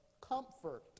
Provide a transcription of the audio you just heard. comfort